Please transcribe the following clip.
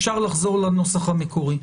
אפשר לחזור לנוסח המקורי.